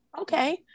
Okay